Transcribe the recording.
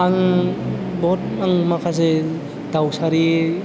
आं बहद आं माखासे दाउसारि